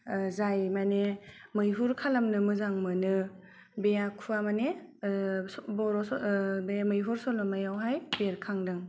जाय मानि मैहुर खालामनो मोजां मोनो बे आखुआ मानि बे मैहुर सल'मायावहाय बेरखांदों